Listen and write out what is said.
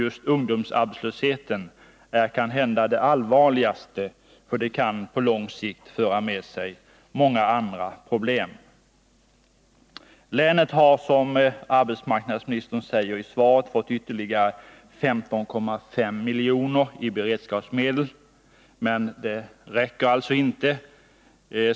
Just ungdomsarbetslösheten är kanhända det allvarligaste i det här sammanhanget, för den kan på lång sikt föra med sig många problem. Länet har, som arbetsmarknadsministern säger i svaret, fått ytterligare 15,5 miljoner i beredskapsmedel, men det räcker inte.